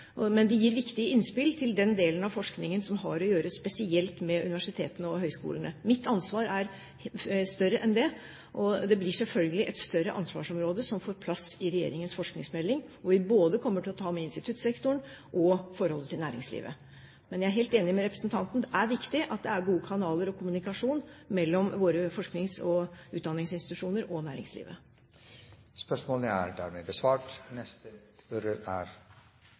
Men de gir viktige innspill til den delen av forskningen som spesielt har med universitetene og høyskolene å gjøre. Mitt ansvar er større enn det. Det blir selvfølgelig et større ansvarsområde som får plass i regjeringens forskningsmelding, hvor vi kommer til å ta med både instituttsektoren og forholdet til næringslivet. Men jeg er helt enig med representanten i at det er viktig at det er gode kanaler og god kommunikasjon mellom våre forsknings- og utdanningsinstitusjoner og næringslivet.